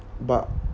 but